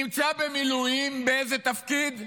נמצא במילואים באיזה תפקיד,